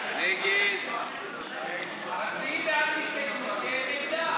לסעיף 2 לא נתקבלה.